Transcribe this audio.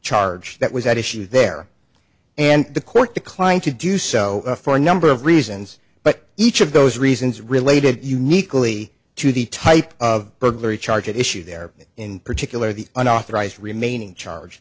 charge that was at issue there and the court declined to do so for a number of reasons but each of those reasons related uniquely to the type of burglary charge at issue there in particular the unauthorized remaining charge